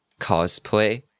cosplay